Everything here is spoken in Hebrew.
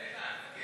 איתן.